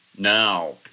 now